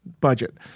budget